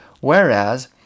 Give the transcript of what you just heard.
whereas